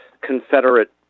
Confederate